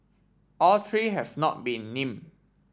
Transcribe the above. all three have not been name